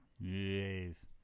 Yes